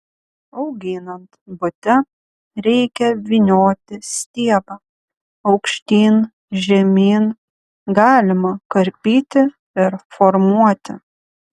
auginant bute reikia vynioti stiebą aukštyn žemyn galima karpyti ir formuoti